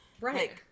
Right